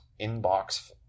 inbox